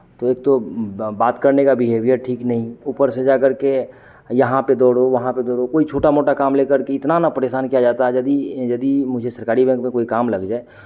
तो एक तो बात करने का बिहेवियर ठीक नहीं ऊपर से जाकर के यहाँ पे दौड़ो वहाँ पे दौड़ो कोई छोटा मोटा काम लेकर के इतना ना परेशान किया जाता है यदि यदि मुझे सरकारी बैंक में कोई काम लग जाए